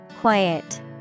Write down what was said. Quiet